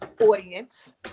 audience